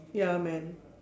ya man